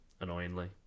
annoyingly